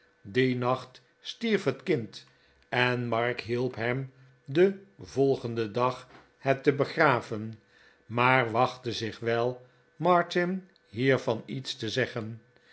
dien hacht stierf het kind en mark hielp hem den volgenden dag het te begraven maar wachtte zich wel martin hiervan iets te zeggen